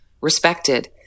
respected